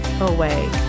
away